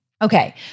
Okay